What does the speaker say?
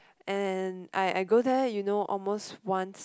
and I I go there you know almost once